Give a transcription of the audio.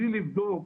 בלי לבדוק.